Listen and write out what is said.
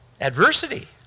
Adversity